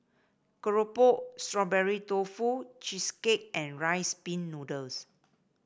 keropok Strawberry Tofu Cheesecake and Rice Pin Noodles